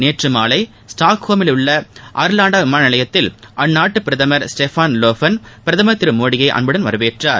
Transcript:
நேற்று மாலை ஸ்டாக்ஹோமிலுள்ள அர்லாண்டா விமான நிலையத்தில் அந்நாட்டு பிரதம் ஸ்டெஃபான் லோஃபன் பிரதமர் திரு மோடியை அன்புடன் வரவேற்றார்